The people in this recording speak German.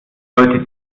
leute